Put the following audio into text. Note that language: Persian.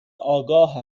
آگاه